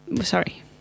Sorry